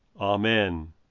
Amen